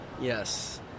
Yes